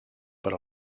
per